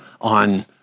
on